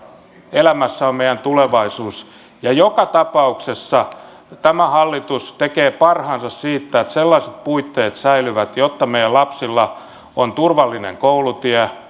elämässä on meidän tulevaisuus ja joka tapauksessa tämä hallitus tekee parhaansa siinä että sellaiset puitteet säilyvät jotta meidän lapsilla on turvallinen koulutie